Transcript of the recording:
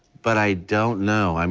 but i don't know. um